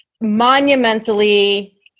monumentally